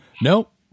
nope